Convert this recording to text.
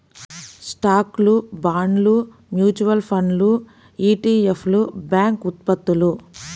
స్టాక్లు, బాండ్లు, మ్యూచువల్ ఫండ్లు ఇ.టి.ఎఫ్లు, బ్యాంక్ ఉత్పత్తులు